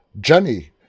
Jenny